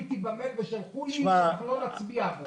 איתי במייל ושלחו לי: אנחנו לא נצביע עבורך.